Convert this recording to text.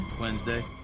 Wednesday